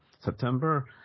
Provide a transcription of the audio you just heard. September